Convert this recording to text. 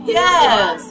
yes